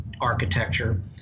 architecture